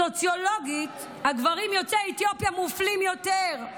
סוציולוגית הגברים יוצאי אתיופיה מופלים יותר.